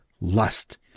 Lust